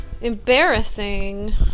embarrassing